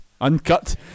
uncut